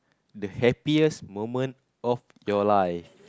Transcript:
the happiest moment of your life